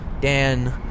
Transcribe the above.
dan